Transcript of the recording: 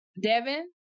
Devin